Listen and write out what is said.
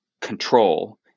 control